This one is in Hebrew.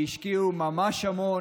שהשקיעו ממש המון,